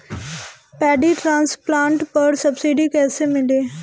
Paddy transplanter पर subsidy कैसे मिली?